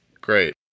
Great